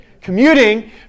Commuting